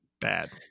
Bad